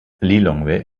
lilongwe